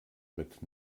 mit